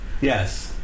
yes